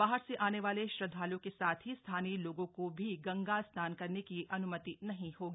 बाहर से आने वाले श्रद्धालुओं के साथ ही स्थानीय लोगों को भी गंगा स्नान करने की अन्मित नहीं होगी